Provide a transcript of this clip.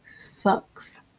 sucks